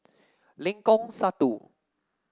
Lengkong Satu